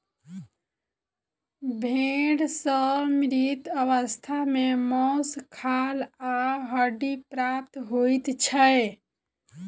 भेंड़ सॅ मृत अवस्था मे मौस, खाल आ हड्डी प्राप्त होइत छै